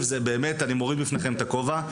זה באמת אני מוריד בפניכם את הכובע.